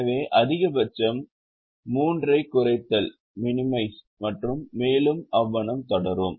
எனவே அதிகபட்சம் 3 ஐக் குறைத்தல் மற்றும் மேலும் அவ்வனம் தொடரும்